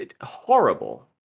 horrible